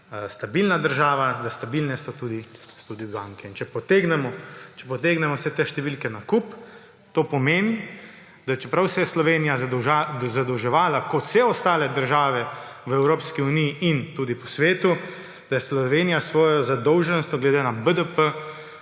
stabilna država, da so stabilne tudi banke. Če potegnemo vse te številke na kup, to pomeni, da čeprav se je Slovenija zadolževala kot vse ostale države v Evropski uniji in tudi po svetu, je Slovenija svojo zadolženost glede na BDP